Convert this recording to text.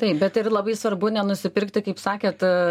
taip bet ir labai svarbu nenusipirkti kaip sakėt